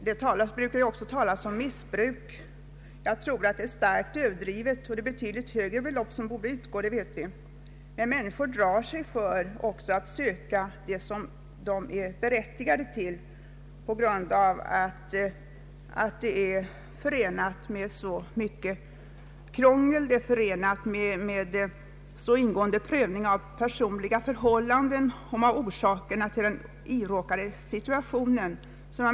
Det talas ofta om missbruk, men jag tror att det är starkt överdrivet och att betydligt högre belopp borde utgå i socialhjälp. Människor drar sig emellertid för att söka den hjälp som de är berättigade till på grund av att det är förenat med så mycket krångel, ingående prövning av personliga förhållanden och utredning om orsakerna till den iråkade situationen.